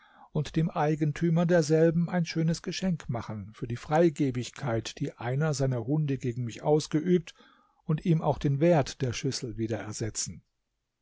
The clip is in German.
und dem eigentümer derselben ein schönes geschenk machen für die freigebigkeit die einer seiner hunde gegen mich ausgeübt und ihm auch den wert der schüssel wieder ersetzen